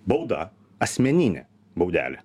bauda asmeninė baudelė